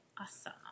Awesome